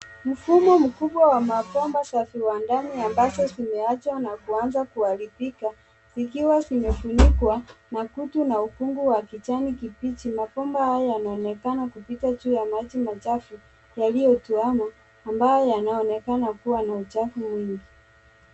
Mfumo mkubwa wa mabomba za viwandani ambazo zimeachwa na kuanza kuharibika, zikiwa zimefunikwa na kutu na ukungu wa kijani kibichi. Mabomba haya yanaonekana kupita juu ya maji machafu yaliyotuama, ambayo yanaonekana kuwa na uchafu mwingi.